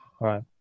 right